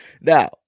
now